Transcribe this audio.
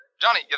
Johnny